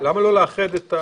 2 נגד,